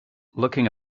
looking